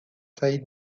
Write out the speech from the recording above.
said